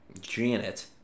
Janet